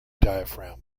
diaphragm